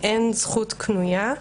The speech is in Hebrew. אין זכות קנויה,